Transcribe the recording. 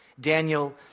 Daniel